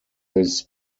this